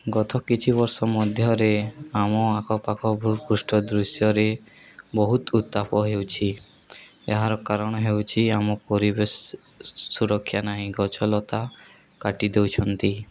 ଗତ କିଛି ବର୍ଷ ମଧ୍ୟରେ ଆମ ଆଖ ପାଖ ଭୂପୃଷ୍ଠ ଦୃଶ୍ୟରେ ବହୁତ ଉତ୍ତାପ ହେଉଛି ଏହାର କାରଣ ହେଉଛି ଆମ ପରିବେଶ ସୁରକ୍ଷା ନାହିଁ ଗଛଲତା କାଟି ଦେଉଛନ୍ତି